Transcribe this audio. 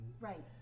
Right